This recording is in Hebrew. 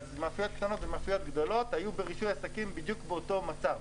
מאפיות קטנות ומאפיות גדולות היו ברישוי עסקים בדיוק באותו מצב,